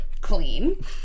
Clean